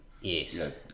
Yes